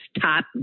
top